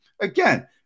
again